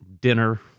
Dinner